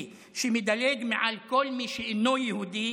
שמדלג מעל כל מי שאינו יהודי,